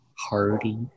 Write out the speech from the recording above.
hardy